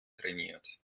trainiert